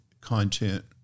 content